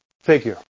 figure